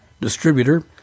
distributor